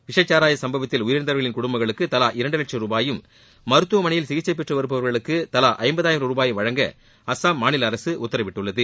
விஷச்சாராய சம்பவத்தில் உயிரிழந்தவர்களின் குடும்பங்களுக்கு தவா இரண்டு லட்சம் ருபாயும் மருத்துவமனையில் சிகிச்சை பெற்று வருபவர்களுக்கு தலா ஜம்பதாயிரம் ருபாயும் வழங்க அசாம் மாநில அரசு உத்தரவிட்டுள்ளது